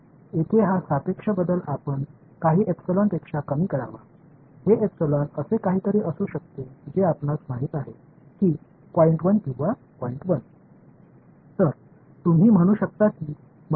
எனவே உங்கள் தேவையைப் பொறுத்து 1 சதவிகிதம் 5 சதவிகிதம் என்பதற்குள் எனது தீர்வு உறுதிப்படுத்தப்பட வேண்டும் அல்லது ஒன்றிணைய வேண்டும் என்று நீங்கள் கூறலாம்